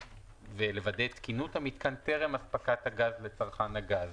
ולוודא את תקינות המיתקן טרם אספקת הגז לצרכן הגז,